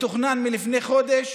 מתוכנן מלפני חודש